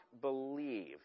believe